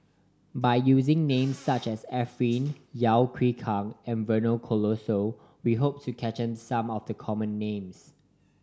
by using names such as Arifin Yeo Yeow Kwang and Vernon Cornelius we hope to capture some of the common names